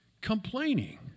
complaining